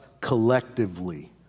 collectively